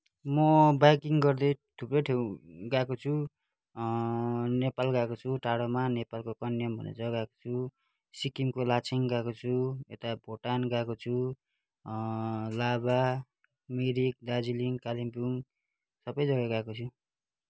म बाइकिङ गर्दै थुप्रै ठाउँ गएको छु नेपाल गएको छु टाढोमा नेपालको कन्याम भन्ने जग्गा गएको छु सिक्किमको लाचेन गएको छु यता भुटान गएको छु लाभा मिरिक दार्जिलिङ कालिम्पोङ सबै जग्गा गएको छु